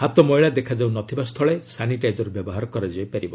ହାତ ମଇଳା ଦେଖାଯାଉ ନ ଥିବା ସ୍ଥଳେ ସାନିଟାଇଜର ବ୍ୟବହାର କରାଯାଇ ପାରିବ